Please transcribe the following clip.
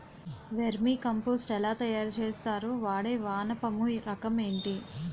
Vermi compost ఎలా తయారు చేస్తారు? వాడే వానపము రకం ఏంటి?